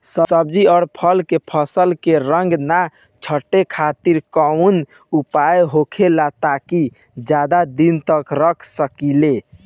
सब्जी और फल के फसल के रंग न छुटे खातिर काउन उपाय होखेला ताकि ज्यादा दिन तक रख सकिले?